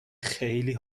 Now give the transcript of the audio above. خیلی